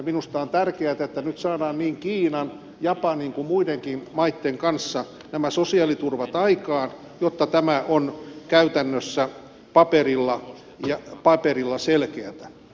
minusta on tärkeätä että nyt saadaan niin kiinan japanin kuin muidenkin maitten kanssa nämä sosiaaliturvat aikaan jotta tämä on käytännössä paperilla selkeätä